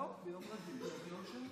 הצבעות ביום רביעי או ביום שני.